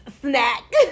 snack